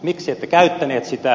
miksi ette käyttäneet sitä